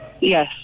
Yes